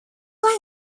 нашей